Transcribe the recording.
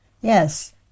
Yes